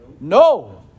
No